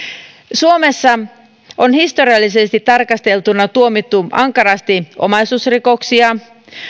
suomessa on historiallisesti tarkasteltuna tuomittu ankarasti omaisuusrikoksista